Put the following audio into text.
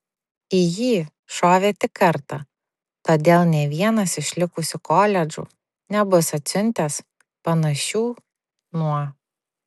į jį šovė tik kartą todėl nė vienas iš likusių koledžų nebus atsiuntęs panašių nuo